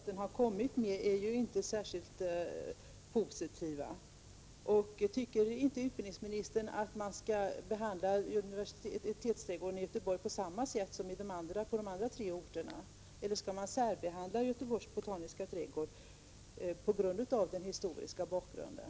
Herr talman! Det bud som staten har kommit med är inte särskilt positivt. Tycker inte utbildningsministern att man skall behandla universitetsträdgården i Göteborg på samma sätt som dem i de andra tre orterna? Eller skall man särbehandla Göteborgs botaniska trädgård på grund av den historiska bakgrunden?